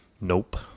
Nope